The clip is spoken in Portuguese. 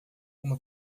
uma